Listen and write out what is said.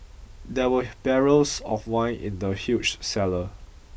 there were barrels of wine in the huge cellar